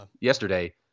yesterday